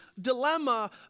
dilemma